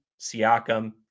Siakam